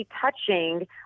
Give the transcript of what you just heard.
touching